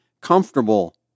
comfortable